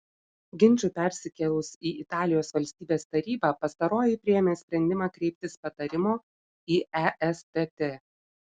ginčui persikėlus į italijos valstybės tarybą pastaroji priėmė sprendimą kreiptis patarimo į estt